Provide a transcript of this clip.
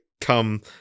come